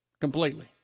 Completely